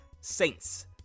Saints